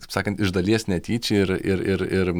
taip sakant iš dalies netyčia ir ir ir ir